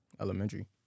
elementary